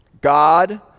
God